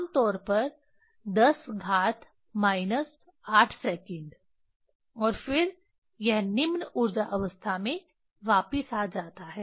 आम तौर पर 10 घात माइनस 8 सेकंड और फिर यह निम्न ऊर्जा अवस्था में वापस आ जाता है